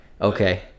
okay